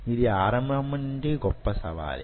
ఇది ఆరంభం నుండి గొప్ప సవాలే